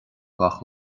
gach